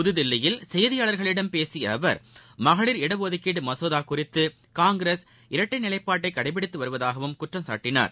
புதுதில்லியில் செய்தியாளர்களிடம் பேசியஅவர் மகளிர் இடஒதுக்கீடுமசோதாகுறித்துகாங்கிரஸ் இரட்டைநிலைப்பாட்டைகடை பிடிப்பதாககுற்றம்சாட்டினார்